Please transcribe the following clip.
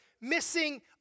Missing